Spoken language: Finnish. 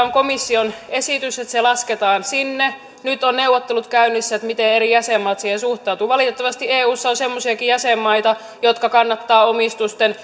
on komission esitys että se lasketaan sinne nyt ovat neuvottelut käynnissä miten eri jäsenmaat siihen suhtautuvat valitettavasti eussa on semmoisiakin jäsenmaita jotka kannattavat omistusten